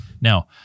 Now